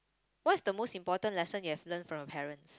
what's the most important lesson you've learnt from your parents